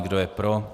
Kdo je pro?